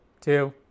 two